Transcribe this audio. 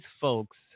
folks